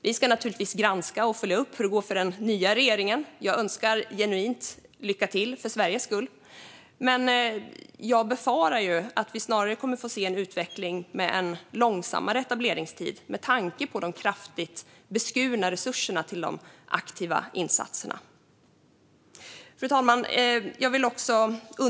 Vi ska naturligtvis granska och följa upp hur det går för den nya regeringen, och jag önskar genuint lycka till, för Sveriges skull. Men jag befarar att vi snarare kommer att få se en utveckling med en långsammare etableringstid, med tanke på de kraftigt beskurna resurserna till de aktiva insatserna. Fru talman!